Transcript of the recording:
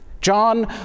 John